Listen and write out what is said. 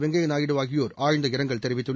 வெங்கய்ய நாயுடு ஆகியோர் ஆழ்ந்த இரங்கல் தெரிவித்துள்ளனர்